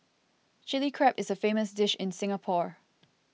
Chilli Crab is a famous dish in Singapore